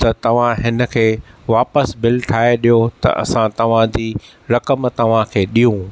त तव्हां हिन खे वापसि बिल ठाहे ॾियो त असां तव्हां जी रक़म तव्हां के ॾियूं